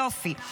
יופי.